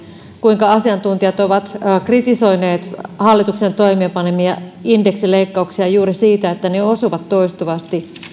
kuinka asiantuntijat ovat kritisoineet hallituksen toimeenpanemia indeksileikkauksia juuri siitä että ne osuvat toistuvasti